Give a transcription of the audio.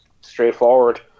straightforward